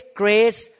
grace